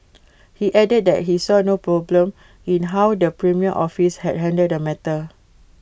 he added that he saw no problem in how the premier office had handled the matter